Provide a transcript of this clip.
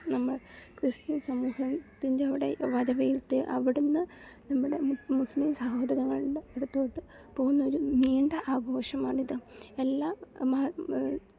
നമ്മൾ ക്രിസ്ത്യൻ സമൂഹത്തിൻ്റെ അവിടെ വരവേറ്റ് അവിടുന്ന് നമ്മുടെ മുസ്ലിം സഹോദരങ്ങളുടെ അടുത്തോട്ട് പോകുന്നൊരു നീണ്ട ആഘോഷമാണിത് എല്ലാ മാ